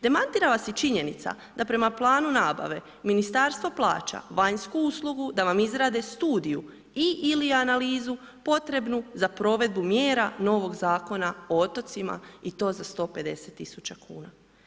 Demantira vas i činjenica da prema planu nabave Ministarstvo plaća vanjsku uslugu da vam izrade studiju i/ili analizu potrebnu za provedbu mjera novog Zakona o otocima i to za 150 tisuća kuna.